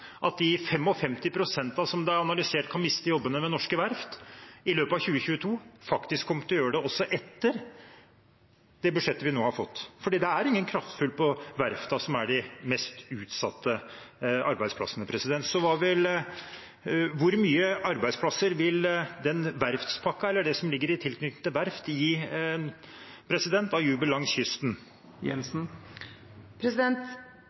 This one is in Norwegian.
at de 55 pst. som det er analysert kan miste jobben ved norske verft i løpet av 2022, faktisk kommer til å gjøre det også etter det budsjettet vi nå har fått, for det er ingen kraftfull pakke for verftene, som har de mest utsatte arbeidsplassene. Hvor mange arbeidsplasser vil det som ligger i pakken i tilknytning til verft, gi av jubel langs kysten?